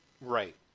Right